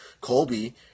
Colby